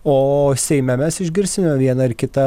o seime mes išgirsime vieną ar kitą